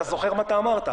אתה זוכר מה אתה אמרת?